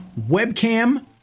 webcam